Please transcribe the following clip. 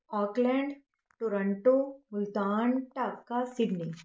Auckland Toronto Multan Dhaka Sydney